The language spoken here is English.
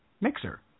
mixer